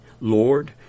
Lord